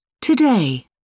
Today